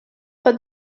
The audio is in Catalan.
pot